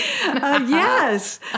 Yes